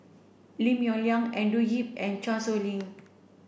Lim Yong Liang Andrew Yip and Chan Sow Lin